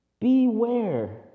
beware